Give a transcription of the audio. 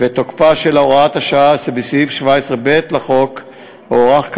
ותוקפה של הוראת השעה שבסעיף 17ב לחוק הוארך,